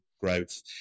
growth